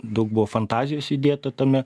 daug buvo fantazijos įdėta tame